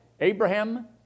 Abraham